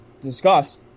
discuss